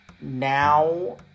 Now